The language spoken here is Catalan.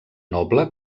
noble